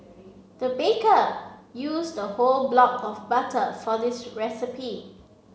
the baker used a whole block of butter for this recipe